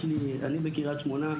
אני בקריית שמונה,